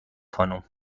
خانم